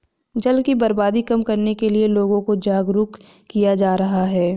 जल की बर्बादी कम करने के लिए लोगों को जागरुक किया जा रहा है